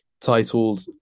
titled